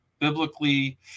biblically